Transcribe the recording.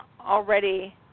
already